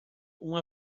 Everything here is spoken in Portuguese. uma